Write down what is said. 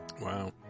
Wow